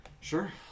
Sure